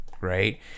right